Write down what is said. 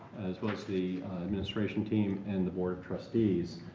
as well as the administration team and the board of trustees,